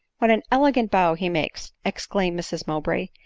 what an elegant bow he makes! exclaimed mrs mowbray.